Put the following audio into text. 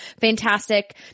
fantastic